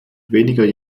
weniger